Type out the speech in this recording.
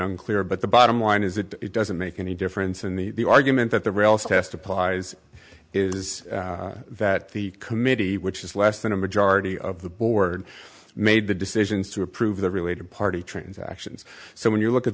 unclear but the bottom line is that it doesn't make any difference in the argument that the rails test applies is that the committee which is less than a majority of the board made the decisions to approve the related party transactions so when you look at